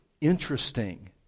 interesting